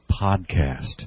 Podcast